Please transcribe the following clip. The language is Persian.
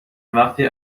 وقتی